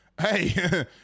hey